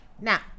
now